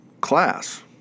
class